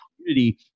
community